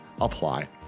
apply